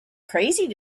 crazy